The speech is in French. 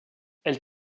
elle